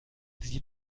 sie